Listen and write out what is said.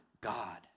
God